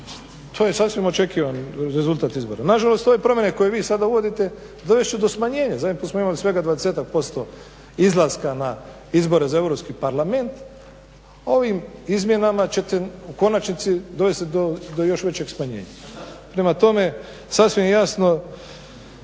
To je sasvim očekivan rezultat izbora. Na žalost, ove promjene koje vi sada uvodite dovest će do smanjenja. Zadnji put smo imali svega dvadesetak posto izlaska na izbore za Europski parlament. Ovim izmjenama ćete u konačnici dovesti do još većeg smanjenja. Prema tome, sasvim je jasno